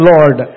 Lord